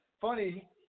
funny